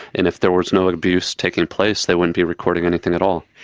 and if there was no abuse taking place they wouldn't be recording anything at all.